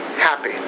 happy